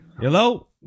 Hello